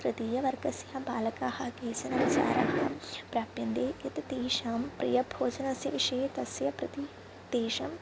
तृतीयवर्गस्य बालकाः केचनविचाराः प्राप्यन्ते यत् तेषां प्रियभोजनस्य विषये तस्य प्रति तेषां